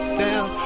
down